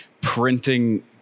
printing